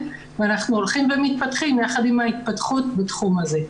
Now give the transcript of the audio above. ואנחנו הולכים ומתפתחים יחד עם ההתפתחות בתחום הזה.